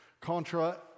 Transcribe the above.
contra